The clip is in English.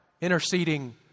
interceding